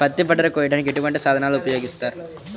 పత్తి పంటను కోయటానికి ఎటువంటి సాధనలు ఉపయోగిస్తారు?